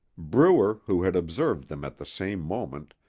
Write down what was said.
brewer, who had observed them at the same moment,